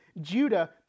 Judah